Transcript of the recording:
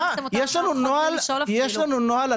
הכנסתם אותם -- יש לנו נוהל,